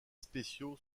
spéciaux